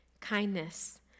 kindness